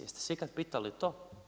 Jeste se ikad pitali to?